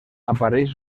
apareix